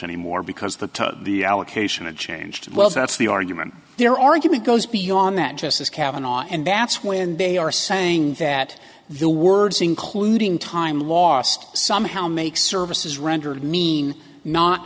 anymore because the the allocation of changed well that's the argument their argument goes beyond that just as kavanagh and that's when they are saying that the words including time lost somehow make services rendered mean not